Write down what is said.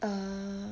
err